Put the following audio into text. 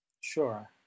Sure